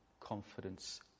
confidence